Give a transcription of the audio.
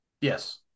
Yes